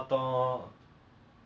I I like the song I like the song